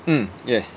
mm yes